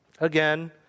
Again